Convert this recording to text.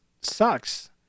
sucks